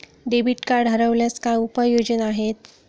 Debit card हरवल्यास काय उपाय योजना आहेत?